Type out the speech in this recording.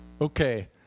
Okay